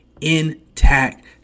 intact